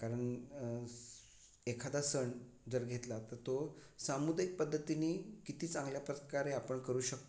कारण एखादा सण जर घेतला तर तो सामुदायिक पद्धतीनी किती चांगल्या प्रकारे आपण करू शकतो